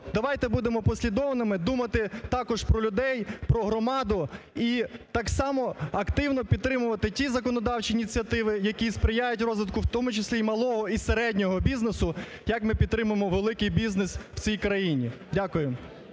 давайте будемо послідовними, думати також про людей, про громаду і так само активно підтримувати ті законодавчі ініціативи, які сприяють розвитку в тому числі і малого, і середнього бізнесу, як ми підтримуємо великий бізнес в цій країні. Дякую.